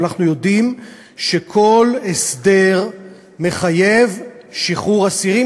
אבל אנחנו יודעים שכל הסדר מחייב שחרור אסירים,